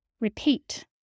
Repeat